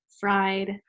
fried